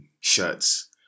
shirts